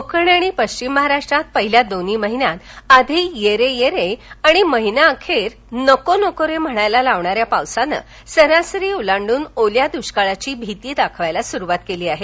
कोकण आणि पश्चिम महाराष्ट्रात पहिल्या दोन्ही महिन्यात आधी ये रे ये रे आणि महीना अखेर नको नको रे म्हणायला लावणाऱ्या पावसानं सरासरी ओलांडून ओल्या दुष्काळाची भिती दाखवायला सुरूवात केली आहे